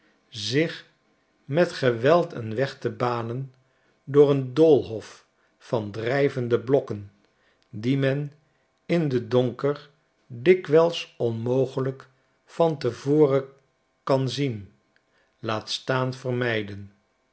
zich met geweld een weg te banen door een doolhof van drijvende blokken die men in den donker dikwijls onmogelijk van te voren kan zien laat staan vermijden